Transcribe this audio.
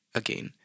again